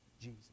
Jesus